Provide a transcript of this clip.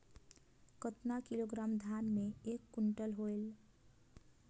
कतना किलोग्राम धान मे एक कुंटल होयल?